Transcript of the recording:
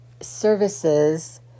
services